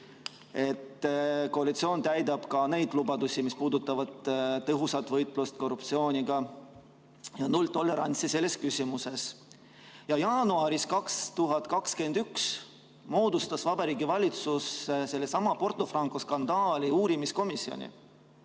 et koalitsioon täidab ka neid lubadusi, mis puudutavad tõhusat võitlust korruptsiooniga ja nulltolerantsi selles küsimuses. Jaanuaris 2021 moodustas Vabariigi Valitsus sellesama Porto Franco skandaali uurimiskomisjoni